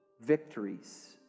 victories